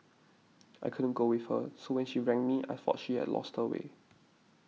I couldn't go with her so when she rang me I thought she had lost her way